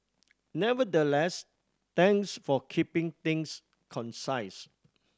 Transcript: nevertheless thanks for keeping things concise